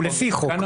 הוא לפי חוק.